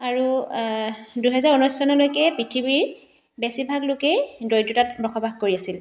আৰু দুহেজাৰ ঊনৈছ চনলৈকে পৃথিৱীৰ বেছিভাগ লোকেই দৰিদ্ৰতাত বসবাস কৰি আছিল